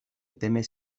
temes